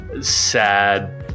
sad